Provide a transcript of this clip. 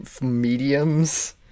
mediums